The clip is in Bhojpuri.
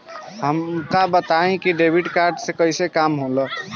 हमका बताई कि डेबिट कार्ड से कईसे काम होला?